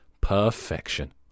perfection